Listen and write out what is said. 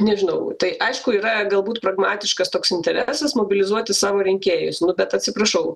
nežinau tai aišku yra galbūt pragmatiškas toks interesas mobilizuoti savo rinkėjus nu bet atsiprašau